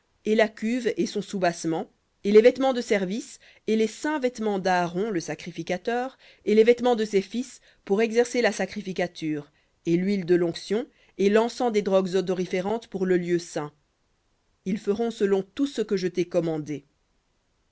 et la cuve et son soubassement et les vêtements de service et les saints vêtements d'aaron le sacrificateur et les vêtements de ses fils pour exercer la sacrificature et l'huile de l'onction et l'encens des drogues odoriférantes pour le lieu saint ils feront selon tout ce que je t'ai commandé